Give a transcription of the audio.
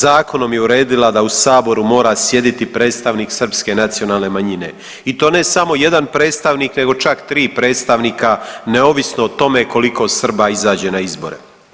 Zakonom je uredila da u saboru mora sjediti predstavnik srpske nacionalne manjine i to ne samo jedan predstavnik nego čak 3 predstavnika neovisno o tome koliko Srba izađe na izbore.